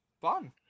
fun